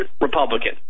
Republican